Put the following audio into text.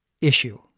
issue